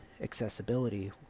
accessibility